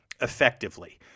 effectively